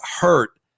hurt